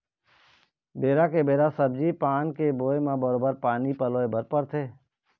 बेरा के बेरा सब्जी पान के बोए म बरोबर पानी पलोय बर परथे